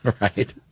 Right